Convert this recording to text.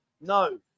no